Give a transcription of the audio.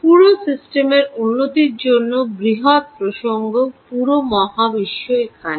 পুরো সিস্টেমের উন্নতির জন্য বৃহত প্রসঙ্গ পুরো মহাবিশ্ব এখানে